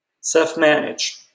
self-manage